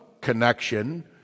connection